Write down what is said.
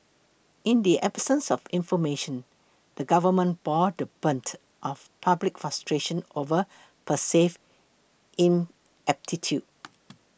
in the absence of information the government bore the brunt of public frustration over perceived ineptitude